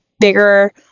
bigger